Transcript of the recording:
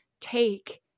take